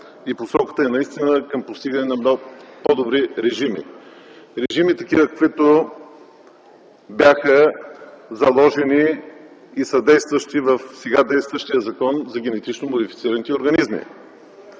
посоката е към постигане на по-добри режими, такива каквито бяха заложени и са действащи в сега действащия закон за генетично модифицираните организми.